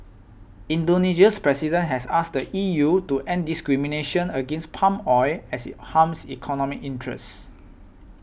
Indonesia's President has asked E U to end discrimination against palm oil as it harms economic interests